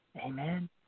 Amen